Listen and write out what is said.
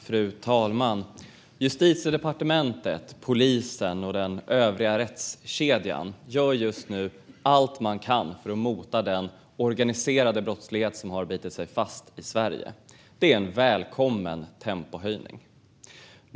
Fru talman! Justitiedepartementet, polisen och den övriga rättskedjan gör just nu allt de kan för att mota den organiserade brottslighet som har bitit sig fast i Sverige. Det är en välkommen tempohöjning.